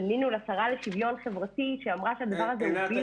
פנינו לשרה לשוויון חברתי שאמרה שהדבר הזה הוא בלתי אפשרי.